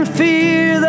fear